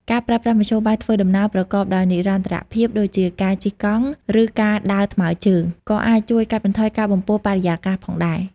ការប្រើប្រាស់មធ្យោបាយធ្វើដំណើរប្រកបដោយនិរន្តរភាពដូចជាការជិះកង់ ឬការដើរថ្មើជើង ក៏អាចជួយកាត់បន្ថយការបំពុលបរិយាកាសផងដែរ។